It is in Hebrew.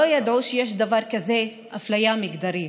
לא ידעו שיש דבר כזה אפליה מגדרית.